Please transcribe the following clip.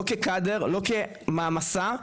לא כמעמסה,